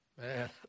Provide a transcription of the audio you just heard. Man